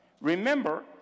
Remember